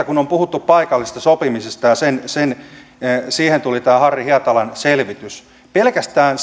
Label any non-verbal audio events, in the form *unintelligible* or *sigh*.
*unintelligible* kun on puhuttu paikallisesta sopimisesta ja siihen tuli tämä harri hietalan selvitys niin jo pelkästään *unintelligible*